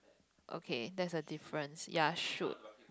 okay that's a difference ya should